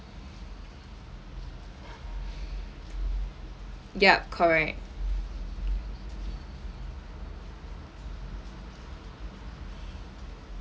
yup correct